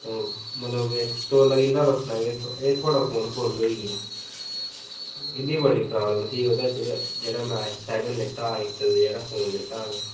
मतलब की स्टोर लग्गी पौंदा हा दस्सना की एह् थोह्ड़ा फोन फुल्ल होइया इं'दी बड़ी प्रॉब्लम थी ओह्दे बिच ते इक्क ते सैकल लैता हा इक्क फोन ते